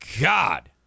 God